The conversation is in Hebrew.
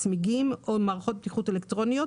צמיגים או מערכות בטיחות אלקטרוניות,